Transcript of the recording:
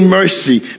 mercy